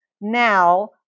now